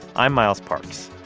i'm miles parks.